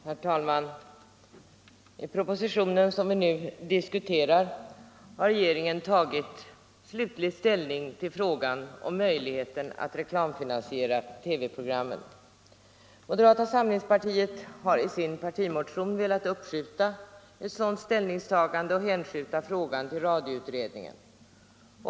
Herr talman! I den proposition som vi nu diskuterar har regeringen tagit slutlig ställning till frågan om möjligheten att reklamfinansiera TV programmen. Moderata samlingspartiet har:i sin partimotion velat uppskjuta ett sådant ställningstagande och överlämna frågan till radioutredningen.